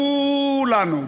כולנו,